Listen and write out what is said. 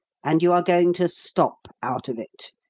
and you are going to stop out of it.